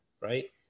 right